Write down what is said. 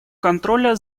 контроля